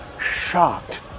shocked